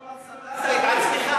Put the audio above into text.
נכון.